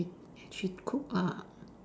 she she cook ah